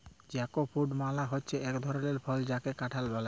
jackfruit মালে হচ্যে এক ধরলের ফল যাকে কাঁঠাল ব্যলে